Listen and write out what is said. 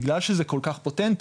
בגלל שזה כל כך פוטנטי,